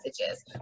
messages